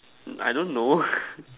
I don't know